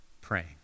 praying